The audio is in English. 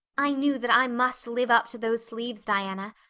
i knew that i must live up to those sleeves, diana.